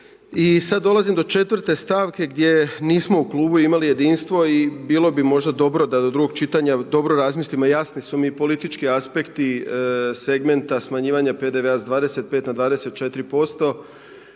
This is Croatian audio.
I sad dolazim do četvrte stavke gdje nismo u klubu imali jedinstvo i bilo bi možda dobro da do drugog čitanja dobro razmislimo, jasni su mi politički aspekti segmenta smanjivanja PDV-a s 25 na 24%,